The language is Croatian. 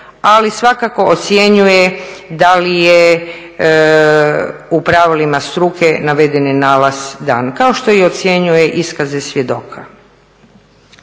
ali svakako ocjenjuje da li je u pravilima struke navedeni nalaz dan, kao što i ocjenjuje iskaze svjedoka.